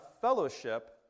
fellowship